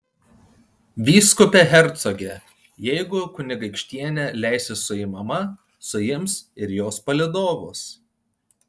vyskupe hercoge jeigu kunigaikštienė leisis suimama suims ir jos palydovus